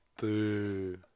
boo